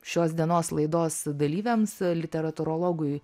šios dienos laidos dalyviams literatūrologui